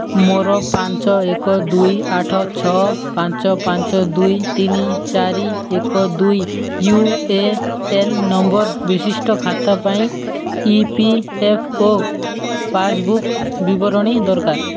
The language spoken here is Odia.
ମୋର ପାଞ୍ଚ ଏକ ଦୁଇ ଆଠ ଛଅ ପାଞ୍ଚ ପାଞ୍ଚ ଦୁଇ ତିନି ଚାରି ଏକ ଦୁଇ ୟୁ ଏ ଏନ୍ ନମ୍ବର୍ ବିଶିଷ୍ଟ ଖାତା ପାଇଁ E P F O passbook ବିବରଣୀ ଦରକାର